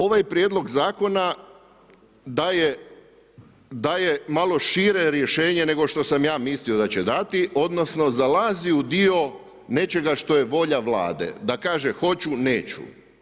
Ovaj Prijedlog zakona daje malo šire rješenje, nego što sam ja mislio da će dati odnosno zalazi u dio nečega što je volja Vlade da kaže hoću, neću.